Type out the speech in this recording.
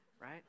right